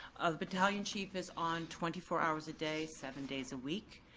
battalion chief is on twenty four hours a day, seven days a week.